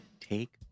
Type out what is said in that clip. take